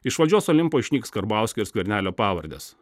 iš valdžios olimpo išnyks karbauskio ir skvernelio pavardės